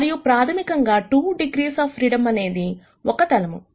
మరియు ప్రాథమికంగా 2 degrees of freedom అనేది ఒక తలము